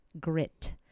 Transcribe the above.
grit